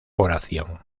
oración